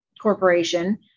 corporation